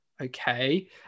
okay